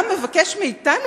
גם מבקש מאתנו,